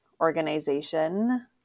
organization